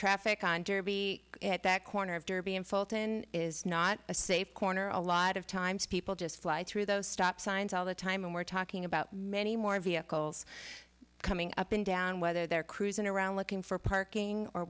traffic on derby at that corner of derby and fulton is not a safe corner a lot of times people just fly through those stop signs all the time and we're talking about many more vehicles coming up and down whether they're cruising around looking for parking or